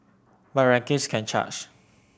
but rankings can charge